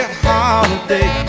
holiday